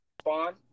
spawn